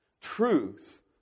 truth